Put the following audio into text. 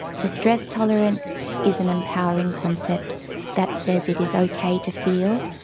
distress tolerance is an empowering concept that says it is okay to feel.